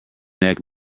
neck